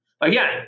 again